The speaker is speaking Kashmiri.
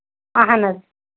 اَہن حظ